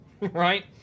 right